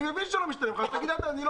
אני מבין שלא משתלם לך אז תגיד שאתה לא